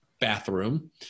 bathroom